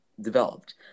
developed